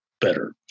better